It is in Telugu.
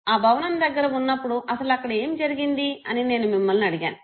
ఆ భవనం దగ్గర వున్నప్పుడు అసలు అక్కడ ఏమి జరిగింది అని నేను మిమ్మల్ని అడిగాను